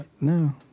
No